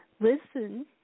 listen